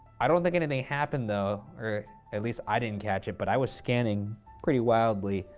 i don't think anything happened, though, or at least i didn't catch it, but i was scanning pretty wildly.